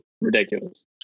ridiculous